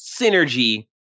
synergy